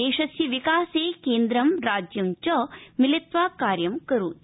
देशस्य विकासे केन्द्रं राज्यं च मिलित्वा कार्यं करोति